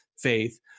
faith